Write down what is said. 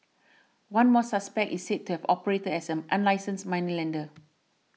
one more suspect is said to have operated as an unlicensed moneylender